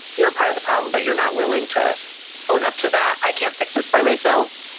you're part of the problem, but you're not willing to own up to that i can't fix this by myself.